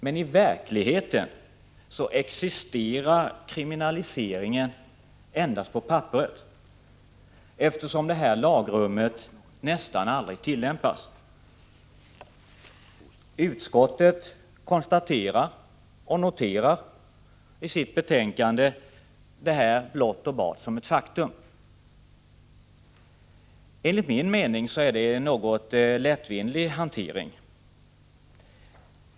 Men i verkligheten existerar kriminalisering endast på papperet, eftersom detta lagrum nästan aldrig tillämpas. Detta konstaterar och noterar utskottet i sitt betänkande blott och bart som ett faktum. Enligt min mening är det en något lättvindig hantering.